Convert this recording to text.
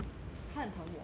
她很疼我